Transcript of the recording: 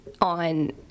on